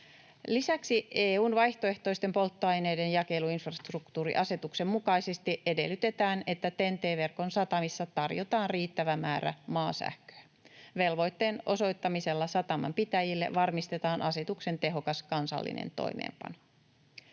Lisäksi EU:n vaihtoehtoisten polttoaineiden jakeluinfrastruktuuriasetuksen mukaisesti edellytetään, että TEN-T-verkon satamissa tarjotaan riittävä määrä maasähköä. Velvoitteen osoittamisella satamanpitäjille varmistetaan asetuksen tehokas kansallinen toimeenpano.